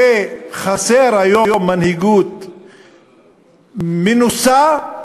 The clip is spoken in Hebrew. שחסר היום מנהיגות מנוסה,